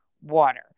water